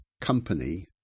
company